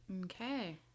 Okay